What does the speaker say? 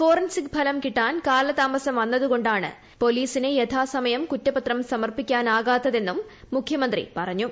forensic ഫ്ലും കിട്ടാൻ കാലതാമസം വന്നതുകൊണ്ടാണ് പോലീസിന് യ്മാസമയം കുറ്റപത്രം സമർപ്പിക്കാനാകാത്തതെന്നും ക്മുഖ്യമ്ന്ത്രി പറഞ്ഞു